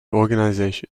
organization